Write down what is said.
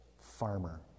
farmer